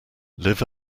live